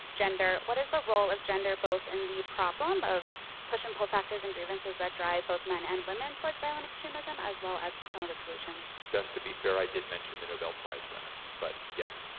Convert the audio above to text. gender. what is the role of gender both in the problem of push and pull factors and grievances that drive both men and women towards violent extremism as well as some of the solutions? just to be fair, i did mention the nobel prize winner, but yes.